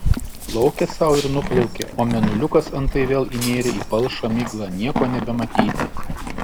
plaukė sau ir nuplaukė o mėnuliukas antai vėl įnėrė į palšą miglą nieko nebematyti